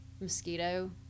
mosquito